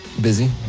Busy